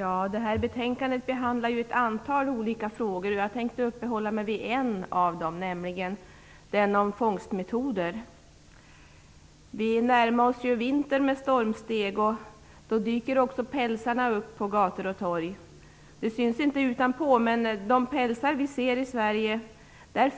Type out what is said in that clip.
Fru talman! Detta betänkande behandlar ett antal olika frågor. Jag tänkte uppehålla mig vid en av dem, nämligen den om fångstmetoder. Vi närmar oss ju vintern med stormsteg. Då dyker också pälsarna upp på gator och torg. Det syns inte utanpå, men bland de pälsar som finns i Sverige